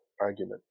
argument